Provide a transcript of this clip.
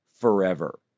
forever